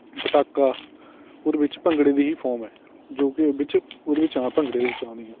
ਪਟਾਕਾ ਉਹਦੇ ਵਿੱਚ ਭੰਗੜੇ ਦੀ ਹੀ ਫੋਮ ਹੈ ਜੋ ਕਿ ਵਿੱਚ ਉਹਦੇ ਵਿੱਚ ਹਾਂ ਭੰਗੜੇ ਵਿੱਚ ਆਉਂਦੀ ਹੈ